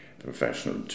professional